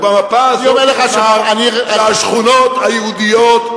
ובמפה הזאת נאמר שהשכונות היהודיות,